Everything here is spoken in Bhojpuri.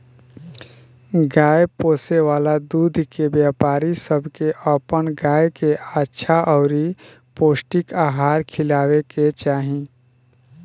गाय पोसे वाला दूध के व्यापारी सब के अपन गाय के अच्छा अउरी पौष्टिक आहार खिलावे के चाही